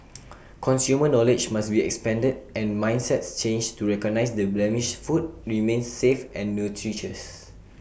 consumer knowledge must be expanded and mindsets changed to recognise that blemished food remains safe and nutritious